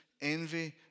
envy